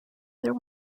there